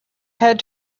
had